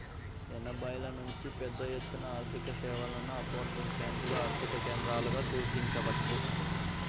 ఎనభైల నుంచే పెద్దఎత్తున ఆర్థికసేవలను ఆఫ్షోర్ బ్యేంకులు ఆర్థిక కేంద్రాలుగా సూచించవచ్చు